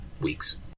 weeks